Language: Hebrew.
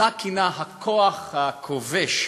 שאותה כינה הכוח הכובש,